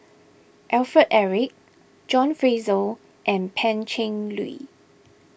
Alfred Eric John Fraser and Pan Cheng Lui